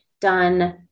done